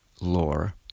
lore